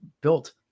Built